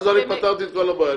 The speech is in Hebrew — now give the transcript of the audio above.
ואז אני פתרתי את כל הבעיה.